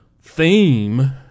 theme